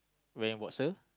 wearing boxer